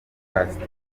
castro